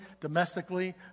domestically